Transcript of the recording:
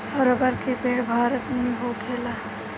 अब रबर के पेड़ भारत मे भी होखेला